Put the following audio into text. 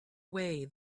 away